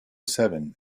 seven